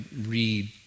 read